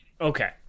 Okay